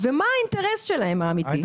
ומה האינטרס שלהם האמיתי.